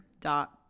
dot